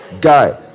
guy